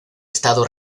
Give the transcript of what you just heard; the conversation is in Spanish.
estado